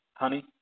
Honey